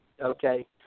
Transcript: okay